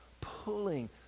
pulling